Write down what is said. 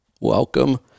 welcome